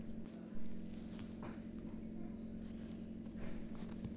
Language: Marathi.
कोर्ट बाँडमधील सिक्युरिटीज तारणाचे कार्य काय आहे?